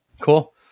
Cool